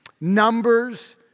Numbers